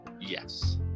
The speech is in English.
Yes